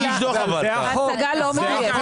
ההצגה לא מדויקת.